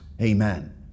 Amen